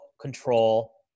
control